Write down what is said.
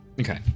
Okay